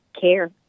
care